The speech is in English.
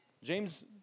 James